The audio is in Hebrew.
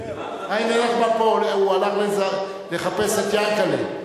הנה נחמן פה, הוא הלך לחפש את יענקל'ה.